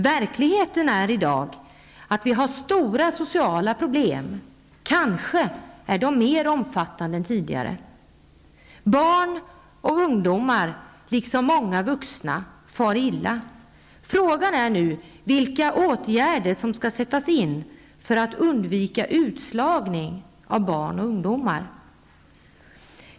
Verkligheten är i dag att vi har stora sociala problem -- kanske är de mer omfattande än tidigare. Barn och ungdomar liksom många vuxna far illa.